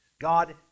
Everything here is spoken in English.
God